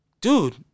Dude